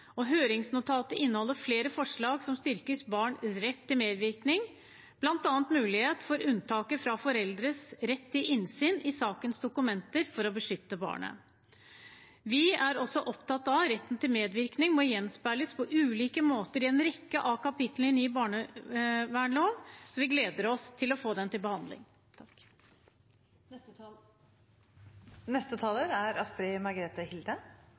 Høringsnotatet inneholder flere forslag som styrker barns rett til medvirkning, bl.a. mulighet for unntak fra foreldres rett til innsyn i sakens dokumenter, for å beskytte barnet. Vi er også opptatt av at retten til medvirkning må gjenspeiles på ulike måter i en rekke av kapitlene i ny barnevernslov, så vi gleder oss til å få den til behandling. Et trygt hjem er